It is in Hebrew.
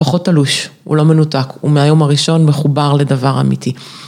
‫פחות תלוש, הוא לא מנותק, ‫הוא מהיום הראשון מחובר לדבר אמיתי.